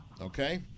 okay